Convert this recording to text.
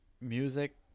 music